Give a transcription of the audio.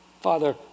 Father